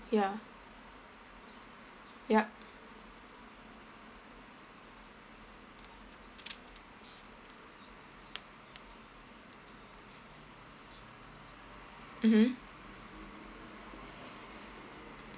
ya yup mmhmm